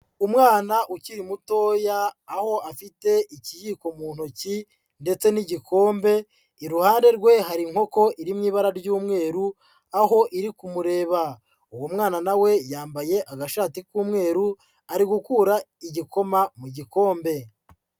Umwana ukiri mutoya aho afite ikiyiko mu ntoki ndetse n'igikombe, iruhande rwe hari inkoko iri mu ibara ry'umweru, aho iri kumureba. Uwo mwana na we yambaye agashati k'umweru, ari gukura igikoma mu gikombe.